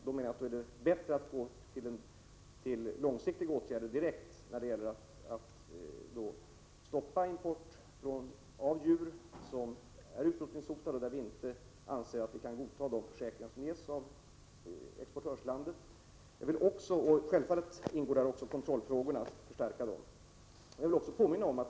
Det är bättre att direkt sätta in långsiktiga åtgärder när det gäller att stoppa import av djur som är utrotningshotade, i de fall vi inte anser att vi kan godta de försäkringar som ges av exportlandet. Här ingår givetvis också frågorna om att förstärka kontrollen.